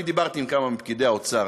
אני דיברתי עם כמה מפקידי האוצר.